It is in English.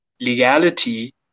legality